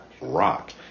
rock